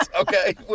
Okay